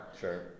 Sure